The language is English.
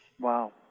Wow